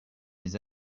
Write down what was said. les